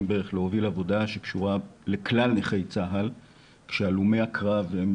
בערך להוביל עבודה שקשורה לכלל נכי צה"ל כשהלומי הקרב,